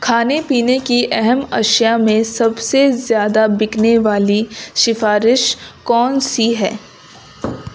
کھانے پینے کی اہم اشیا میں سب سے زیادہ بکنے والی سفارش کون سی ہے